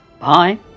bye